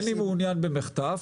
אינני מעוניין במחטף,